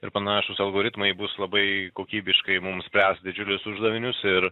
ir panašūs algoritmai bus labai kokybiškai mums spręs didžiulius uždavinius ir